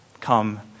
Come